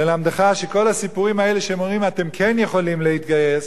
ללמדך שכל הסיפורים האלה שאומרים: אתם כן יכולים להתגייס,